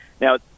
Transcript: Now